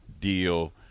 deal